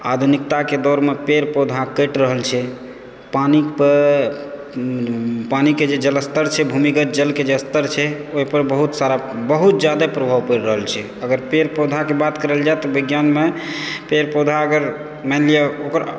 आधुनिकताके दौड़मे पेड़ पौधा कटि रहल छै पानि पर पानिके जे जल स्तर छै भूमिगत जलके जे स्तर छै ओहि पर बहुत सारा बहुत जादे प्रभाव पड़ि रहल छै अगर पेड़ पौधाके बात करल जाए तऽ विज्ञानमे पेड़ पौधा अगर मानि लियऽ ओकर